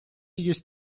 есть